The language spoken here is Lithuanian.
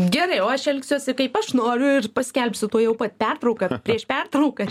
gerai o aš elgsiuosi kaip aš noriu ir paskelbsiu tuojau pat pertrauką prieš pertrauką